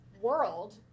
world